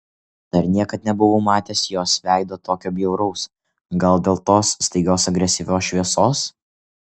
dar niekad nebuvau matęs jos veido tokio bjauraus gal dėl tos staigios agresyvios šviesos